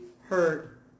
hurt